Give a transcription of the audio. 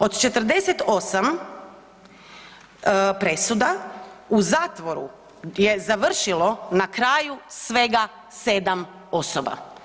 Od 48 presuda u zatvoru je završilo na kraju svega 7 osoba.